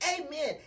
Amen